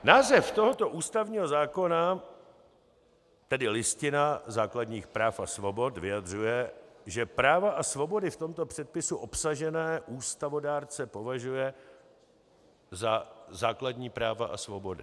Název tohoto ústavního zákona, tedy Listina základních práv a svobod, vyjadřuje, že práva a svobody v tomto předpisu obsažené ústavodárce považuje za základní práva a svobody.